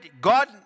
God